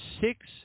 six